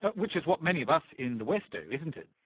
which is what many of us in the west do, isn't it?